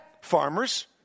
Farmers